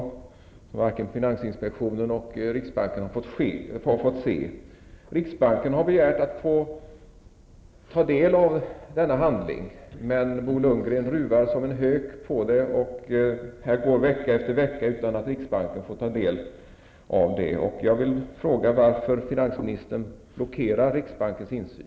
Detta papper har varken finansinspektionen eller riksbanken fått se. Riksbanken har begärt att få ta del av denna handling, men Bo Lundgren ruvar som en hök på det, och vecka efter vecka går utan att riksbanken får ta del av det. Varför blockerar biträdande finansministern riksbankens insyn?